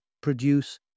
produce